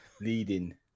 leading